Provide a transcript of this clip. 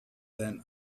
than